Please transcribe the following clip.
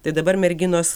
tai dabar merginos